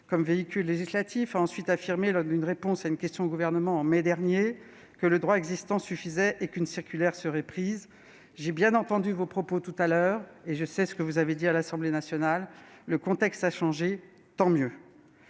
comme véhicule législatif, a ensuite affirmé, lors d'une réponse à une question au Gouvernement en mai dernier, que le droit existant suffisait et qu'une circulaire serait prise. J'ai bien entendu vos propos tout à l'heure et je sais ce que vous avez dit à l'Assemblée nationale. Le contexte a changé, tant mieux.